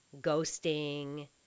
ghosting